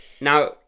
Now